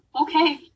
okay